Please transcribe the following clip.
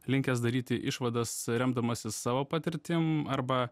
linkęs daryti išvadas remdamasis savo patirtim arba